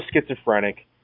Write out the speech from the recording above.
schizophrenic